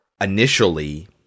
initially